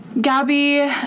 Gabby